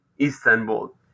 Istanbul